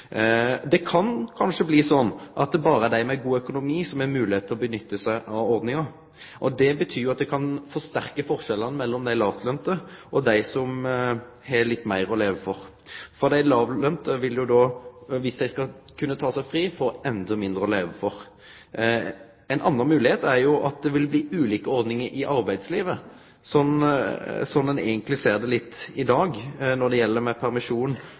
Det kan kanskje bli sånn at det berre er dei med god økonomi som har moglegheit til å gjere seg nytte av ordninga. Det betyr at forskjellane mellom dei lågtlønte og dei som har litt meir å leve for, kan bli forsterka. Dei lågtlønte vil jo, dersom dei skal ta seg fri, få endå mindre å leve for. Ei anna moglegheit er at det kan bli ulike ordningar i arbeidslivet, noko som ein eigentleg ser at det er litt i dag når det gjeld permisjon